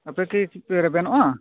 ᱟᱯᱮ ᱠᱤ ᱯᱮ ᱨᱮᱵᱮᱱᱚᱜᱼᱟ